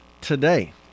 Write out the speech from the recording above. Today